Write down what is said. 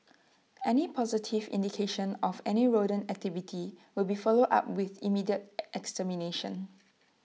any positive indication of any rodent activity will be followed up with immediate extermination